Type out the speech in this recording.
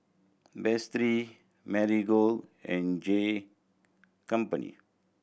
Betsy Marigold and J company